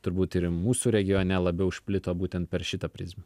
turbūt ir mūsų regione labiau išplito būtent per šitą prizmę